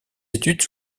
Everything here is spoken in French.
études